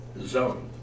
zone